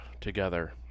together